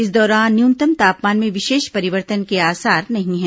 इस दौरान न्यूनतम तापमान में विशेष परिवर्तन के आसार नहीं है